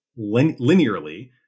linearly